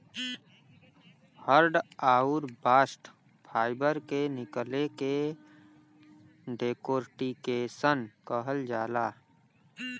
hurd आउर bast fibre के निकले के डेकोर्टिकेशन कहल जाला